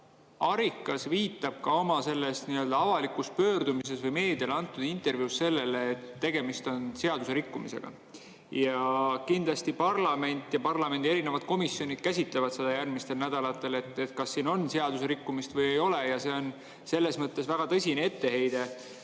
Arikas viitab oma selles avalikus pöördumises või meediale antud intervjuus ka sellele, et tegemist on seaduse rikkumisega. Ja kindlasti parlament ja parlamendi erinevad komisjonid käsitlevad seda järgmistel nädalatel, et kas siin on seaduse rikkumist või ei ole. See on selles mõttes väga tõsine etteheide